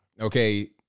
Okay